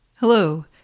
Hello